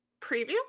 preview